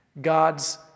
God's